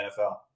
nfl